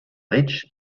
rich